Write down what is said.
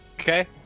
Okay